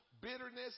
bitterness